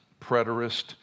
preterist